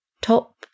top